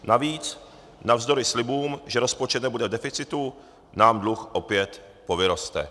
Navíc navzdory slibům, že rozpočet nebude v deficitu, nám dluh opět povyroste.